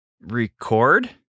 record